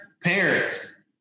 parents